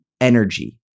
energy